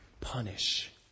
punish